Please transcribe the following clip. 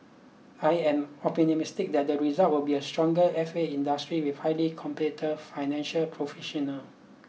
I am optimistic that the result will be a stronger F A industry with highly competive financial professional